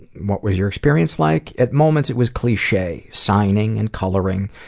what was your experience like? at moments it was cliche, signing and coloring.